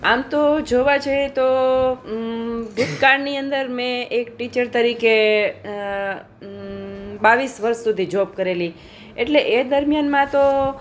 આમ તો જોવા જઈએ તો ભૂતકાળની અંદર મેં એક ટીચર તરીકે અ બાવીસ વર્ષ સુધી જોબ કરેલી એટલે એ દરમિયાનમાં તો